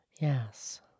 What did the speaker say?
Yes